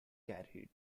carried